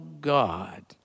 God